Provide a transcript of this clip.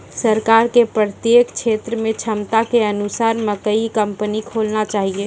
सरकार के प्रत्येक क्षेत्र मे क्षमता के अनुसार मकई कंपनी खोलना चाहिए?